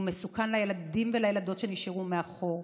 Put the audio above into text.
הוא מסוכן לילדים ולילדות שנשארו מאחור,